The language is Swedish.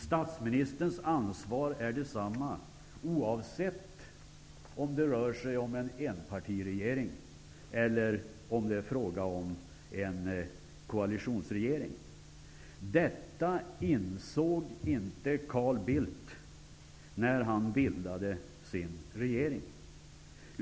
Statsministerns ansvar är detsamma oavsett om det rör sig om en enpartiregering eller om det är fråga om en koalitionsregering. Detta insåg inte Carl Bildt när han bildade sin regering.